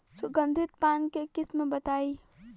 सुगंधित धान के किस्म बताई?